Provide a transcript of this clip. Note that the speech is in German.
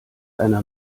einer